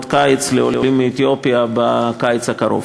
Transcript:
קיץ לילדי עולים מאתיופיה בקיץ הקרוב.